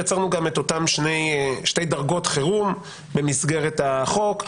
יצרנו את אותן שתי דרגות חירום במסגרת החוק,